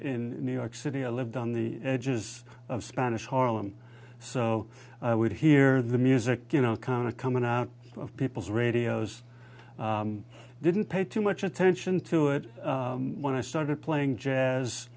in new york city i lived on the edges of spanish harlem so i would hear the music you know kind of coming out of people's radios didn't pay too much attention to it when i started playing jazz